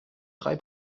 drei